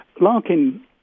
Larkin